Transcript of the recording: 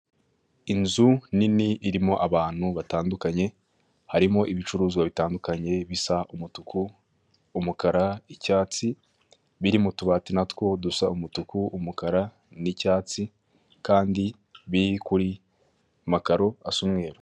Inzu nini irimo abantu batandukanye, harimo ibicuruzwa bitandukanye bisa umutuku, umukara, icyatsi, biri mu tubati na two dusa umutuku, umukara, n'icyatsi, kandi biri kuri makaro asa umweru.